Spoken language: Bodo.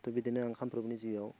त' बिदिनो आं सानफ्रोमबोनि जिउआव